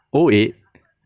oh eight